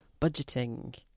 Budgeting